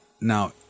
Now